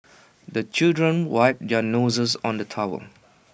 the children wipe their noses on the towel